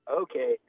okay